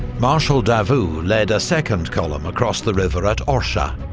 marshal davout led a second column across the river at orsha.